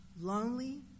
lonely